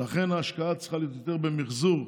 ולכן ההשקעה צריכה להיות כמה שיותר גדול במחזור,